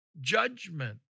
judgment